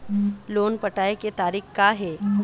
Loan पटाए के तारीख़ का हे?